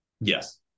Yes